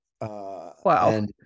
Wow